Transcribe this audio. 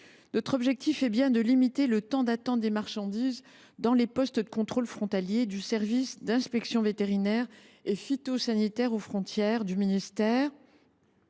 Notre objectif est bien de limiter le temps d’attente des marchandises dans les postes de contrôle frontaliers (PCF) du service d’inspection vétérinaire et phytosanitaire aux frontières (Sivep) du ministère,